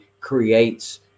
creates